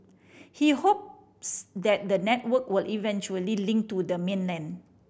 he hopes that the network will eventually link to the mainland